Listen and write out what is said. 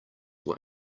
were